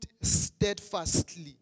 steadfastly